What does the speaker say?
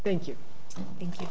thank you thank you